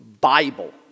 Bible